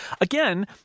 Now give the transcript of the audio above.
again